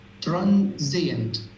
transient